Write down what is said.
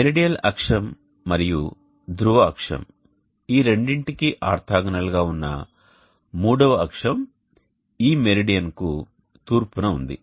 మెరిడియల్ అక్షం మరియు ధ్రువ అక్షం ఈ రెండింటికి ఆర్తోగోనల్ గా ఉన్న మూడవ అక్షం ఈ మెరిడియన్కు తూర్పున ఉంది